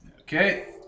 Okay